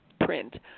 print